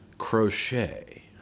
crochet